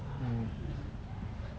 mm